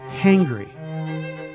Hangry